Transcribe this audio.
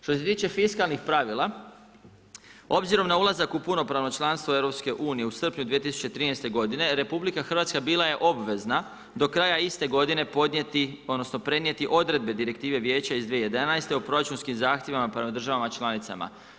Što se tiče fiskalnih pravila obzirom na ulazak u punopravno članstvo EU u srpnju 2013. godine RH bila je obvezna do kraja iste godine podnijeti, odnosno prenijeti odredbe Direktive vijeća iz 2011. o proračunskim zahtjevima prema državama članicama.